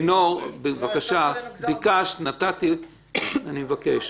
לינור, ביקשת, נתתי, שמענו